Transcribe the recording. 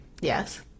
Yes